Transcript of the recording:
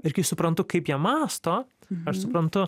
ir kai suprantu kaip jie mąsto aš suprantu